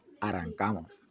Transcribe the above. arrancamos